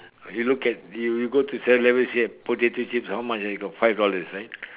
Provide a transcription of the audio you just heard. you look at you you go to seven eleven see the potato chips how much then you know like five dollars right